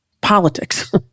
politics